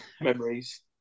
memories